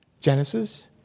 Genesis